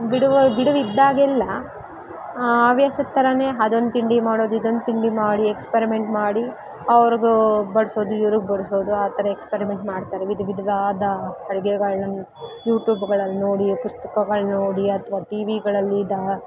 ಬಿಡುವು ಬಿಡುವಿದ್ದಾಗೆಲ್ಲ ಹವ್ಯಾಸದ ಥರ ಅದೊಂದು ತಿಂಡಿ ಮಾಡೋದು ಇದೊಂದು ತಿಂಡಿ ಮಾಡಿ ಎಕ್ಸ್ಪರಿಮೆಂಟ್ ಮಾಡಿ ಅವ್ರಿಗು ಬಡಿಸೋದು ಇವ್ರಿಗೆ ಬಡಿಸೋದು ಆ ಥರ ಎಕ್ಸ್ಪರಿಮೆಂಟ್ ಮಾಡ್ತಾರೆ ವಿಧವಿಧವಾದ ಅಡಿಗೆಗಳನ್ನ ಯೂಟ್ಯೂಬ್ಗಳಲ್ಲಿ ನೋಡಿ ಪುಸ್ತಕಗಳ ನೋಡಿ ಅಥ್ವಾ ಟಿ ವಿಗಳಲ್ಲಿ ದಾ